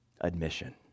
Admission